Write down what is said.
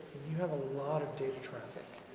you have a lot of data traffic.